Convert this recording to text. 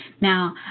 Now